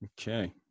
Okay